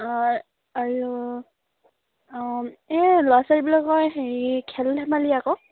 অঁ আৰু অঁ এই ল'ৰা ছোৱালীবিলাকৰ হেৰি খেল ধেমালি আকৌ